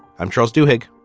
i'm charles duhigg.